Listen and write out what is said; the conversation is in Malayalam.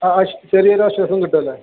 ആ ചെറിയൊരു ആശ്വാസം കിട്ടുമല്ലെ